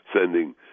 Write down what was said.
sending